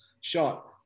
shot